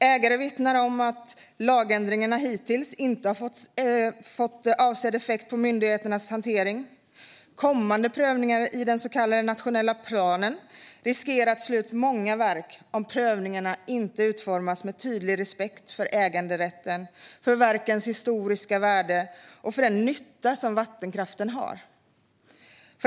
Ägare vittnar om att lagändringarna hittills inte har fått avsedd effekt på myndigheternas hantering. Kommande prövningar i den så kallade nationella planen riskerar att slå ut många verk om prövningarna inte utformas med tydlig respekt för äganderätten, för verkens historiska värde och för den nytta som vattenkraften ger.